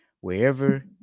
wherever